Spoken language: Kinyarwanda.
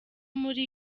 muri